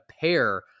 pair